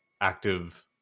active